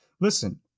Listen